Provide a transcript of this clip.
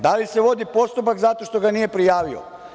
Da li se vodi postupak zato što ga nije prijavio?